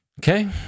Okay